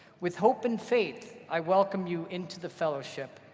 with hope and faith, i welcome you into the fellowship.